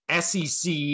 sec